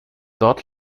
dort